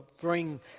bring